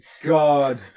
God